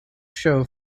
show